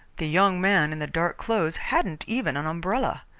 the young man in the dark clothes hadn't even an umbrella.